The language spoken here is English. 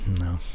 No